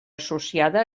associada